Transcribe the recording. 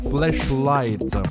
Flashlight